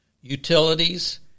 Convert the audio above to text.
Utilities